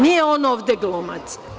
Nije on ovde glumac.